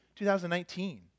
2019